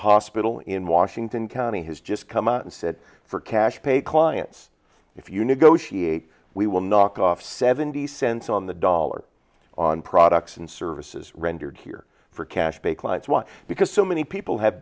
hospital in washington county has just come out and said for cash pay clients if you negotiate we will knock off seventy cents on the dollar on products and services rendered here for cash bakelite swan because so many people have